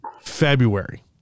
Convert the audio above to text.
February